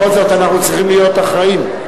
בכל זאת, אנחנו צריכים להיות אחראיים.